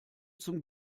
zum